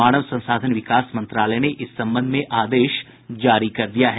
मानव संसाधन विकास मंत्रालय ने इस संबध में आदेश जारी कर दिया है